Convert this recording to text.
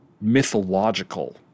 mythological